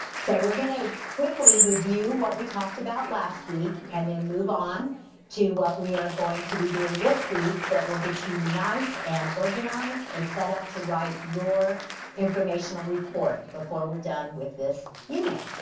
so we're gonna quickly review what we talked about last week and then move on to what we are going to be doing this week that will get you nice and organized and set up to write your informational report before we're done with this unit.